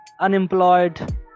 unemployed